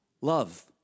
Love